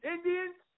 Indians